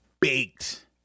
baked